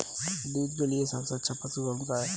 दूध के लिए सबसे अच्छा पशु कौनसा है?